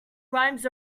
rhymes